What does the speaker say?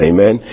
Amen